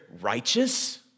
righteous